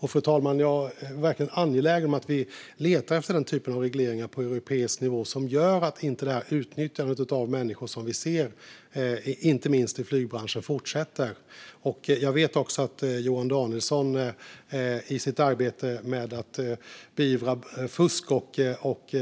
Jag är verkligen angelägen, fru talman, om att vi letar efter den typen av regleringar på europeisk nivå som gör att inte det utnyttjande av människor som vi ser inte minst i flygbranschen fortsätter. Jag vet också att Johan Danielsson i sitt arbete med att beivra fusk och